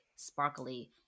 sparkly